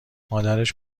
مادرش